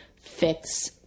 fix